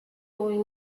oil